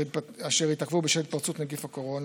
והם התעכבו בשל התפרצות הקורונה.